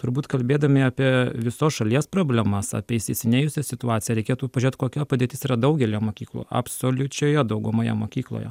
turbūt kalbėdami apie visos šalies problemas apie įsisenėjusią situaciją reikėtų pažiūrėt kokia padėtis yra daugelyje mokyklų absoliučioje daugumoje mokykloje